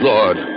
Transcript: Lord